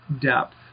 depth